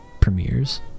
premieres